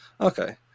okay